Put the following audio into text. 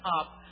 up